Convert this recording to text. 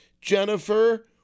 Jennifer